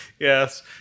Yes